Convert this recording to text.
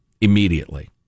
immediately